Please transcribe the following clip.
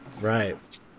right